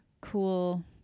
cool